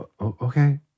Okay